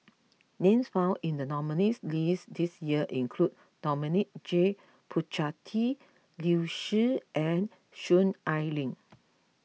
names found in the nominees' list this year include Dominic J Puthucheary Liu Si and Soon Ai Ling